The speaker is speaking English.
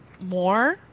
more